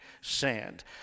sand